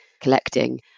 collecting